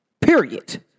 Period